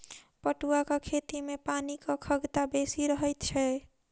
पटुआक खेती मे पानिक खगता बेसी रहैत छै